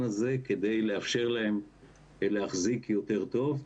הזה כדי לאפשר להם להחזיק יותר טוב,